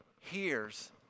hears